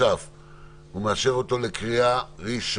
התשע"ו 2015. (ד)סל שירותי הבריאות כהגדרתו בחוק ביטוח בריאות ממלכתי,